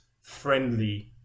friendly